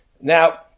Now